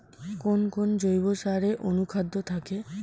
কোন কোন জৈব সারে অনুখাদ্য থাকে?